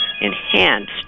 enhanced